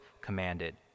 commanded